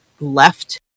left